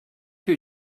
you